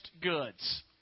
goods